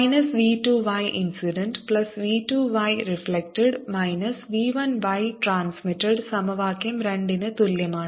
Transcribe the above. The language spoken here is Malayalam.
minus v 2 y incident plus v 2 y reflected minus v 1 y transmitted സമവാക്യo 2 ന് തുല്യമാണ്